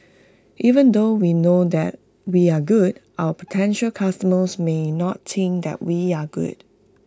even though we know that we are good our potential customers may not think that we are good